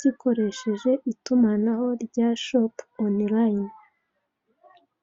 gikoresheje itumanaho rya shopu onorayini.